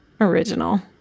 Original